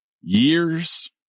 Years